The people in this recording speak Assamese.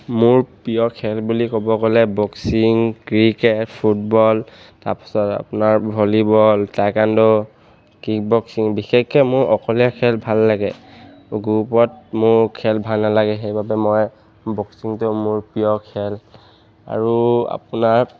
মোৰ প্ৰিয় খেল বুলি ক'ব গ'লে বক্সিং ক্ৰিকেট ফুটবল তাৰপাছত আপোনাৰ ভলীবল টাইকাণ্ডো কিক বক্সিং বিশেষকৈ মোৰ অকলে খেল ভাল লাগে গ্ৰুপত মোৰ খেল ভাল নালাগে সেইবাবে মই বক্সিংটো মোৰ প্ৰিয় খেল আৰু আপোনাৰ